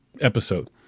episode